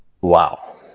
Wow